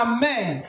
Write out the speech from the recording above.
Amen